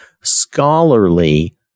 scholarly